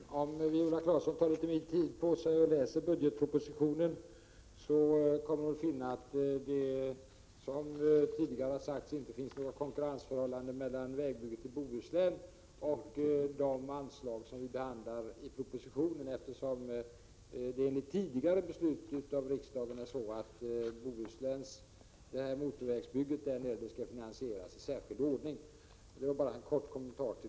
Herr talman! Om Viola Claesson tar litet mera tid på sig och läser budgetpropositionen kommer hon att finna att det, som tidigare har sagts, inte råder några konkurrensförhållanden mellan vägbygget i Bohuslän och de anslag som behandlas i propositionen, eftersom motorvägsbygget i Bohuslän enligt tidigare beslut av riksdagen skall finansieras i särskild ordning.